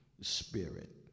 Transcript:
spirit